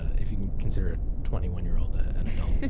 if you can consider a twenty one year old an adult.